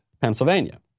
Pennsylvania